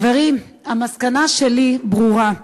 חברים, המסקנה שלי ברורה.